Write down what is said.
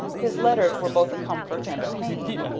his letters were both a comfort and a pain.